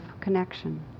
connection